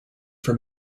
for